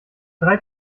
drei